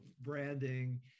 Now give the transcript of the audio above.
branding